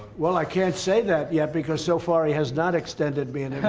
well, i can't say that yet because so far he has not extended being